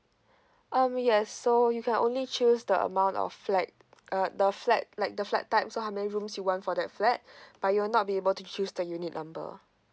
um yes so you can only choose the amount of flat uh the flat like the flat type so how many rooms you want for that flat but you're not be able to choose the unit number